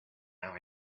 now